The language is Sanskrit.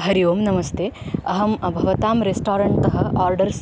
हरि ओं नमस्ते अहं भवतां रेस्टोरेण्ट् तः आर्डर्स्